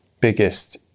biggest